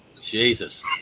Jesus